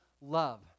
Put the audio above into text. love